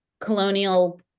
colonial